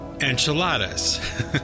enchiladas